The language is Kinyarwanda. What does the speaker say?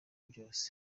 byose